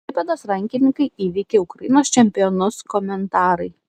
klaipėdos rankininkai įveikė ukrainos čempionus komentarai